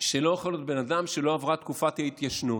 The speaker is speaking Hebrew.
שלא יכול להיות בן אדם שלא עברה תקופת ההתיישנות.